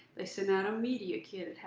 they sent out a media kit.